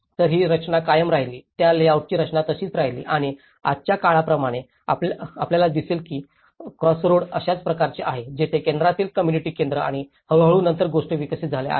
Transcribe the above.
तर ही रचना कायम राहिली त्या लेआउटची रचना तशीच राहिली आणि आजच्या काळाप्रमाणे आपल्याला दिसेल की क्रॉसरोड अशाच प्रकारे आहे जिथे केंद्रातील कोम्मुनिटी केंद्र आणि हळूहळू नंतर गोष्टी विकसित झाल्या आहेत